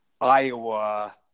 Iowa